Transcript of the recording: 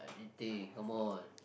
eating come on